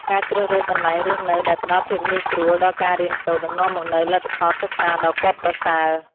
ការជ្រើសរើសកន្លែងរស់នៅដែលផ្តល់ភាពងាយស្រួលដល់ការរៀនសូត្រនឹងនាំមកនូវលទ្ធផលសិក្សាដ៏គាប់ប្រសើរ។